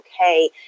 okay